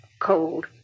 Cold